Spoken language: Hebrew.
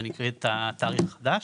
אז אני אקריא את התאריך החדש.